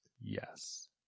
Yes